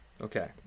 Okay